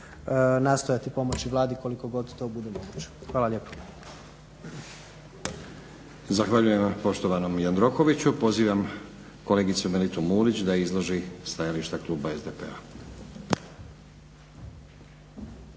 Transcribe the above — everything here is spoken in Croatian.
nastojati pomoći Vladi koliko god to bude moguće. Hvala lijepo. **Stazić, Nenad (SDP)** Zahvaljujem poštovanom Jandrokoviću. Pozivam kolegicu Melitu Mulić da izloži stajališta Kluba SDP-a.